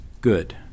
good